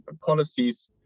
policies